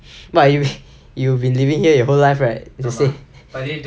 but you you have been living here your whole life right you say